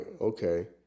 Okay